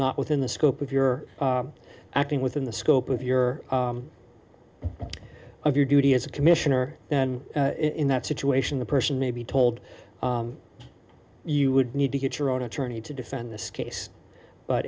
not within the scope of your acting within the scope of your of your duty as a commissioner in that situation the person may be told you would need to get your own attorney to defend this case but